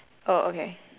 oh okay